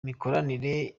mikoranire